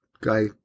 guy